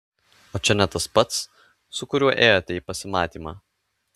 o čia ne tas pats su kuriuo ėjote į pasimatymą